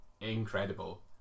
incredible